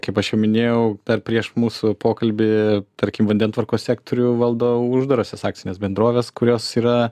kaip aš jau minėjau dar prieš mūsų pokalbį tarkim vandentvarkos sektorių valdo uždarosios akcinės bendrovės kurios yra